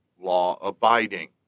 law-abiding